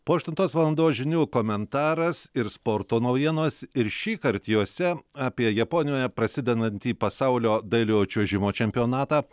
po aštuntos valandos žinių komentaras ir sporto naujienos ir šįkart jose apie japonijoje prasidedantį pasaulio dailiojo čiuožimo čempionatą